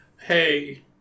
Hey